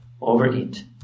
overeat